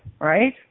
right